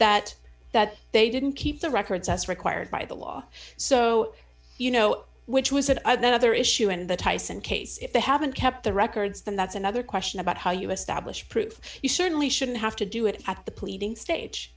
that that they didn't keep the records as required by the law so you know which was that other issue in the tyson case if they haven't kept the records then that's another question about how us stablish proof you certainly shouldn't have to do it at the pleading stage